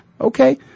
Okay